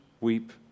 weep